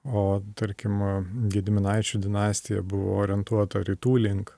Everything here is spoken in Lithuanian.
o tarkim gediminaičių dinastija buvo orientuota rytų link